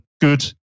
good